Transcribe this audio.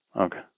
Okay